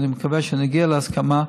ואני מקווה שנגיע להסכמה,